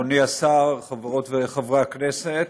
אדוני השר, חברות וחברי הכנסת,